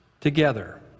together